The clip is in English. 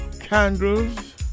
candles